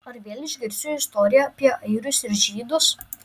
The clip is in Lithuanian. ar vėl išgirsiu istoriją apie airius ir žydus